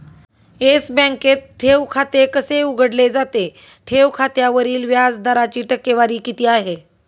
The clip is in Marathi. येस बँकेत ठेव खाते कसे उघडले जाते? ठेव खात्यावरील व्याज दराची टक्केवारी किती आहे?